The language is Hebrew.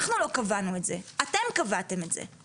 אנחנו לא קבענו את זה אתם קבעתם את זה.